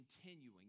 continuing